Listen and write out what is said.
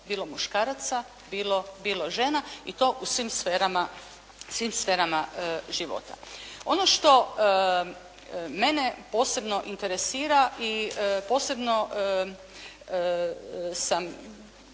Bilo muškaraca, bilo žena i to u svim sferama života. Ono što mene posebno interesira i posebno sam